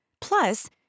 Plus